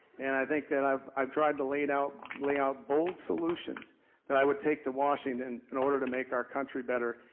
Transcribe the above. and i think that i've i've tried to laid out lay out bold solutions that i would take to washington in order to make our country better,